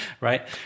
right